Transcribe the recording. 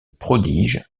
prodige